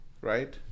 right